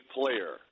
player